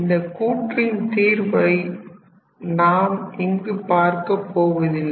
இந்தக் கூற்றின் தீர்வை நாம் இங்கு பார்க்கப்போவதில்லை